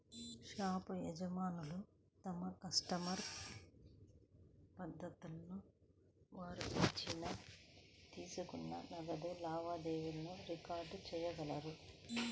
shop యజమానులు తమ కస్టమర్ల పద్దులను, వారు ఇచ్చిన, తీసుకున్న నగదు లావాదేవీలను రికార్డ్ చేయగలరు